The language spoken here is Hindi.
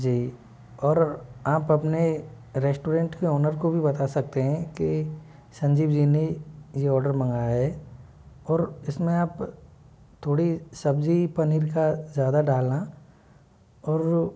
जी और आप अपने रेस्टोरेंट के ओनर को भी बता सकते हैं कि संजीव जी ने ये आर्डर मंगाया है और इसमें आप थोड़ी सब्जी पनीर का ज़्यादा डालना और